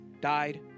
died